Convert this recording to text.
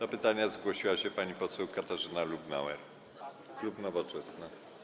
Z pytaniem zgłosiła się pani poseł Katarzyna Lubnauer, klub Nowoczesna.